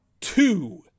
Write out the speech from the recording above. two